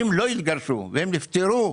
זוג, והם נפטרו,